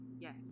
Yes